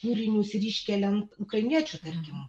kūrinius ir iškelian ukrainiečių tarkim